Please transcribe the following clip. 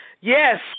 Yes